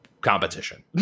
competition